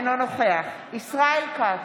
אינו נוכח ישראל כץ,